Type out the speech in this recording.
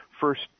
First